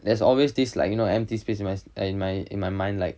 there's always this like you know empty space in my in my in my mind like